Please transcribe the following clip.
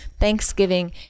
Thanksgiving